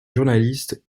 journalistes